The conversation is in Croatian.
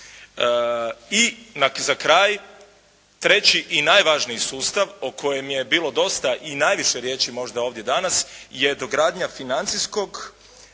I za kraj, treći i najvažniji sustav o kojem je bilo dosta i najviše riječi možda ovdje danas je dogradnja financijskog